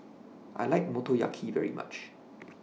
I like Motoyaki very much